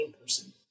person